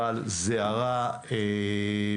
אבל זה הרע במיעוטו.